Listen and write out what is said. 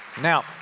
Now